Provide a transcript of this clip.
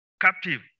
captive